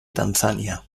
tanzania